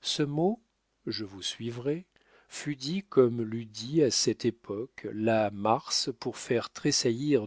ce mot je vous suivrai fut dit comme l'eût dit à cette époque la mars pour faire tressaillir